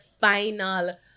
final